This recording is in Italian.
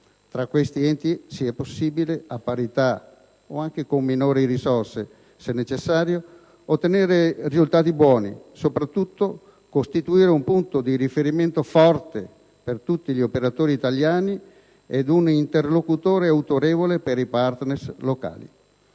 tra questi enti sia possibile, a parità o anche con minori risorse, se necessario, ottenere risultati buoni e soprattutto costituire un punto di riferimento forte per tutti gli operatori italiani ed un interlocutore autorevole per i partner locali.